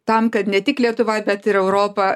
tam kad ne tik lietuva bet ir europa